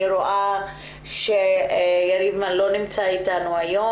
אני רואה שיריב מן לא נמצא איתנו היום.